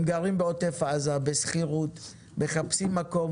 הם גרים בעוטף עזה בשכירות, מחפשים מקום.